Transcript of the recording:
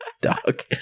dog